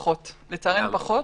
פחות, לצערנו פחות.